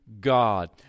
God